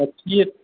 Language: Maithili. कच्चिए